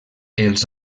els